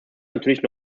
natürlich